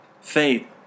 faith